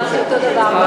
אני אמרתי אותו דבר,